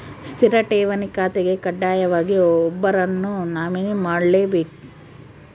ಸ್ಥಿರ ಠೇವಣಿ ಖಾತೆಗೆ ಕಡ್ಡಾಯವಾಗಿ ಒಬ್ಬರನ್ನು ನಾಮಿನಿ ಮಾಡ್ಲೆಬೇಕ್